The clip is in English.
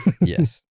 Yes